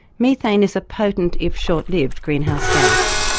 methane is a potent if short-lived greenhouse gas.